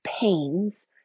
pains